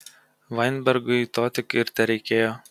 vainbergui to tik ir tereikėjo